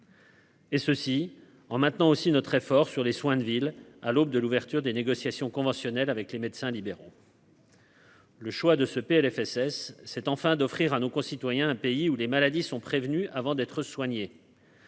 Et ceci en maintenant aussi notre effort sur les soins de ville à l'aube de l'ouverture des négociations conventionnelles avec les médecins libéraux. Le choix de ce Plfss cette enfin d'offrir à nos concitoyens, un pays où les maladies sont prévenus avant d'être soigné.